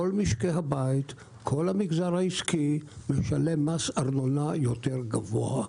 כל משקי הבית וכל המגזר העסקי ישלם מס ארנונה יותר גבוה.